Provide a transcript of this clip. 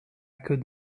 could